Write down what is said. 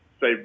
say